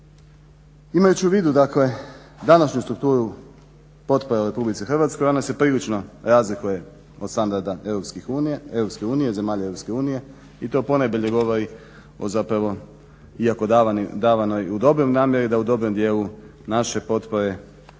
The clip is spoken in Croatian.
Imajući u vidu dakle današnju strukturu potpora u RH ona se prilično razlikuje od standarda EU i zemalja EU i to ponajbolje govori o zapravo iako davanoj u dobroj namjeri da u dobrom dijelu naše potpore dakle